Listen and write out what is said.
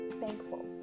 thankful